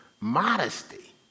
Modesty